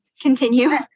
Continue